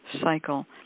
cycle